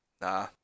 nah